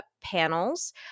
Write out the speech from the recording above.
panels